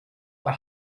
über